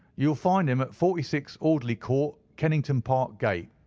you will find him at forty six, audley court, kennington park gate.